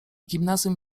gimnazjum